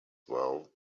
well